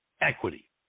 equity